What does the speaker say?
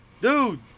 Dude